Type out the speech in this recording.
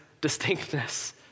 distinctness